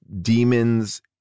demons